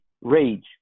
rage